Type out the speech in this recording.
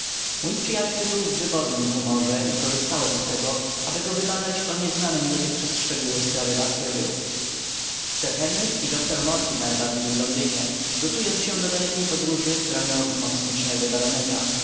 mój przyjaciel był w wybornym humorze i skorzystałem z tego aby go wybadać o nieznane mi dotychczas szczegóły sprawy baskerville sir henryk i doktor mortimer bawili w londynie gotując się do dalekiej podróży która miała wzmocnić nerwy baroneta cała ta